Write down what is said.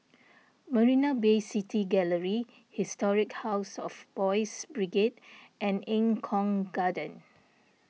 Marina Bay City Gallery Historic House of Boys' Brigade and Eng Kong Garden